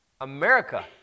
America